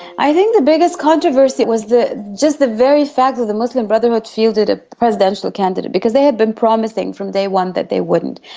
i think the biggest controversy was just the very fact that the muslim brotherhood fielded a presidential candidate, because they had been promising from day one that they wouldn't.